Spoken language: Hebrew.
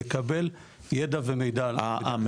לקבל ידע ומידע על מדינת ישראל.